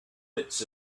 bits